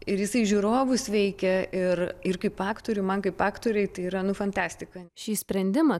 ir jisai žiūrovus veikia ir ir kaip aktorių man kaip aktorei tai yra nu fantastika šį sprendimą